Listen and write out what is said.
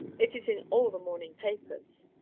it is in all the morning papers.